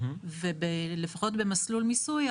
ולפחות במסלול מיסוי,